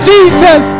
Jesus